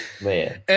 Man